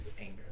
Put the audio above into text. anger